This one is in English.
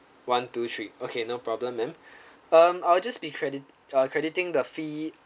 one two three okay no problem ma'am um I'll just be credit uh crediting the fee